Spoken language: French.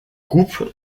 coupe